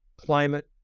climate